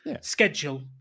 schedule